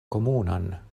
komunan